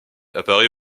apparaît